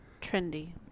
Trendy